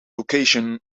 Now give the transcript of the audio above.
location